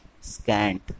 scant